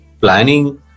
planning